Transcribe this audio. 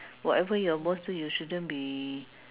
whatever your boss do you shouldn't be